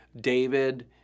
David